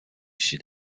sud